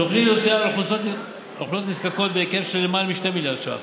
תוכנית לאוכלוסיות נזקקות בהיקף של למעלה מ-2 מיליארד שקל,